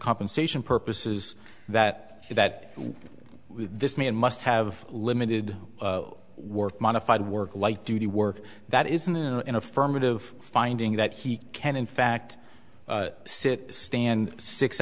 compensation purposes that that this man must have limited worth modified work light duty work that isn't an affirmative finding that he can in fact sit stand six